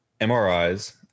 MRIs